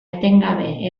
etengabe